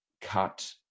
cut